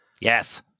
Yes